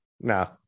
No